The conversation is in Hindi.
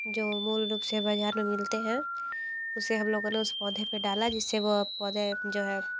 जो मूल रूप से बज़ार में मिलते हैं उसे हम लोगों ने उस पौधे पे डाला जिससे वो पौधे जो हैं